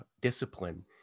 discipline